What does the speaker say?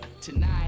tonight